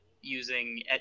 using